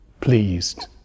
pleased